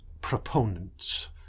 proponents